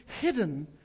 hidden